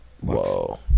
Whoa